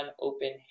open